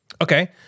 Okay